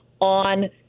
on